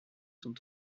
sont